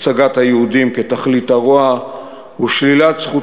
הצגת היהודים כתכלית הרוע ושלילת זכות